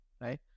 right